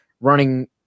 running